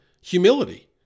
humility